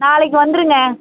நாளைக்கு வந்துடும்ங்க